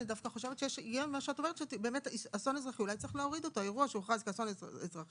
אני דווקא חושבת שצריך להוריד את "אירוע שהוכרז כאסון אזרחי